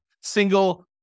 single